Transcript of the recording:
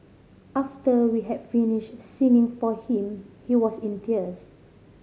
after we had finished singing for him he was in tears